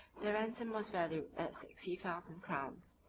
their ransom was valued at sixty thousand crowns,